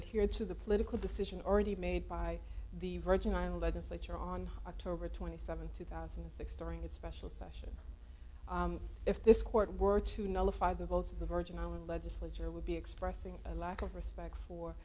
adhere to the political decision already made by the virgin islands which are on october twenty seventh two thousand and six during its special session if this court were to nullify the votes of the virgin island legislature would be expressing a lack of respect for